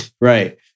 right